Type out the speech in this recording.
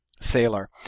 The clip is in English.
sailor